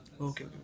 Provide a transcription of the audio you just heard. Okay